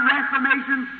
Reformation